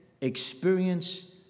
experience